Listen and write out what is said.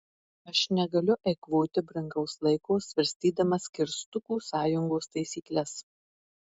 aš negaliu eikvoti brangaus laiko svarstydamas kirstukų sąjungos taisykles